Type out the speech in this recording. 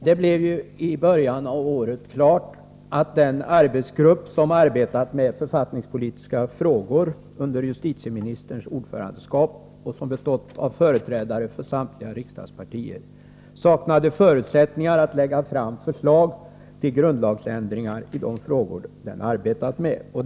Herr talman! Det blev i början av året klart att den arbetsgrupp som arbetat med författningspolitiska frågor under justitieministerns ordförandeskap och som har bestått av företrädare för samtliga riksdagspartier saknade förutsättningar att lägga fram förslag till grundlagsändringar i de frågor den arbetat med.